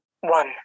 One